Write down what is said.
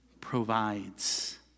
provides